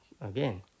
again